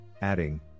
adding